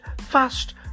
Fast